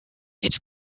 its